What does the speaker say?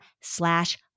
slash